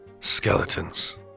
Skeletons